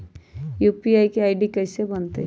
UPI के ID कैसे बनतई?